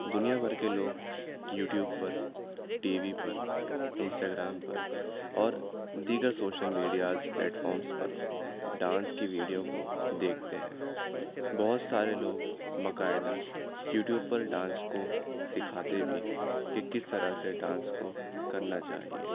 دنیا بھر کے لوگ یوٹیوب پر ٹی وی پر انسٹاگرام پر اور دیگر سوشل میڈیاز پلیٹفارمس پر ڈانس کی ویڈیو کو دیکھتے ہیں بہت سارے لوگ با قاعدہ یوٹیوب پر ڈانس کو سکھاتے بھی ہیں کہ کس طرح سے ڈانس کو کرنا چاہیے